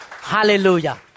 Hallelujah